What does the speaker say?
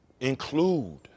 include